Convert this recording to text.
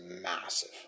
massive